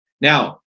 Now